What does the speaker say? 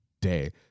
day